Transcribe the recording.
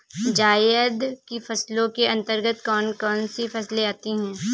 जायद की फसलों के अंतर्गत कौन कौन सी फसलें आती हैं?